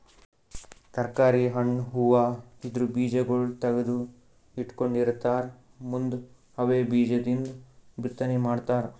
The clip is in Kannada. ತರ್ಕಾರಿ, ಹಣ್ಣ್, ಹೂವಾ ಇದ್ರ್ ಬೀಜಾಗೋಳ್ ತಗದು ಇಟ್ಕೊಂಡಿರತಾರ್ ಮುಂದ್ ಅವೇ ಬೀಜದಿಂದ್ ಬಿತ್ತನೆ ಮಾಡ್ತರ್